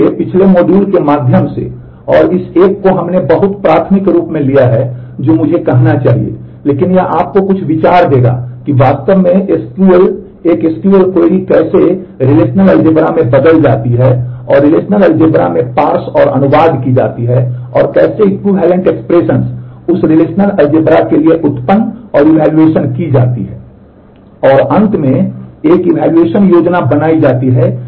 इसलिए पिछले मॉड्यूल के माध्यम से और इस एक को हमने बहुत प्राथमिक रूप में लिया है जो मुझे कहना चाहिए लेकिन यह आपको कुछ विचार देगा कि वास्तव में एक SQL क्वेरी कैसे रिलेशनल अलजेब्रा की जाती है